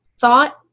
thought